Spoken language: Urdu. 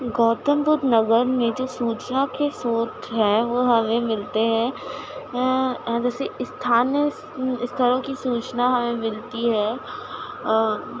گوتم بدھ نگر میں جو سوچنا کے سوتر ہیں وہ ہمیں ملتے ہیں جیسے استھانیہ اس طرح کی سوچنا ہمیں ملتی ہے